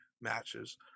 matches